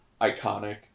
Iconic